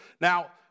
Now